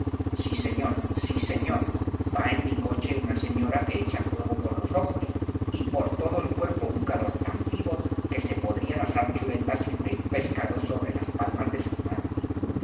sí señor sí señor va en mi coche una señora que echa fuego por los ojos y por todo el cuerpo un calor tan vivo que se podrían asar chuletas y freir pescado sobre las palmas de sus manos